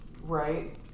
Right